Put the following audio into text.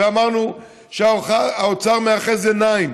ואמרנו שהאוצר מאחז עיניים,